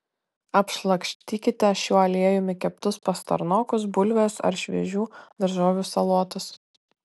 apšlakstykite šiuo aliejumi keptus pastarnokus bulves ar šviežių daržovių salotas